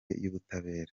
y’ubutabera